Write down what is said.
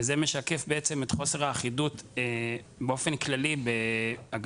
וזה משקף בעצם את חוסר האחידות באופן כללי באגפים